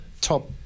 top